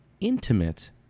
intimate